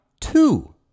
two